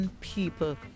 people